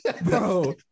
Bro